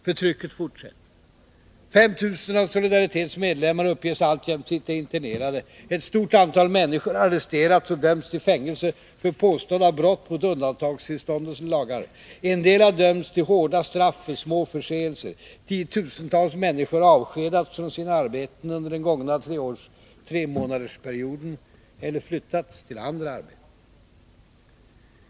Förtrycket fortsätter. 5 000 av Solidaritets medlemmar uppges alltjämt sitta internerade. Ett stort antal människor har arresterats och dömts till fängelse för påstådda brott mot undantagstillståndets lagar. En del har dömts till hårda straff för små förseelser. Tiotusentals människor har avskedats från sina arbeten under den gångna tremånadersperioden eller flyttats till andra arbeten.